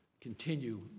continue